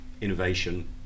innovation